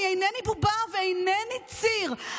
אני אינני בובה ואינני ציר,